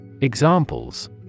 Examples